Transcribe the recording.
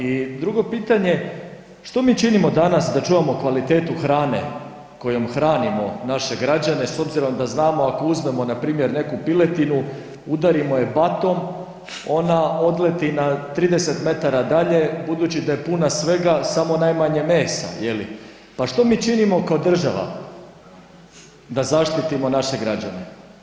I drugo pitanje, što mi činimo danas da čuvamo kvalitetu hrane kojom hranimo naše građane s obzirom da znamo ako uzmemo npr. neku piletinu, udarimo je batom, ona odleti na 30 metara dalje budući da je puna svega samo najmanje mesa je li, pa što mi činimo kao država da zaštitimo naše građane?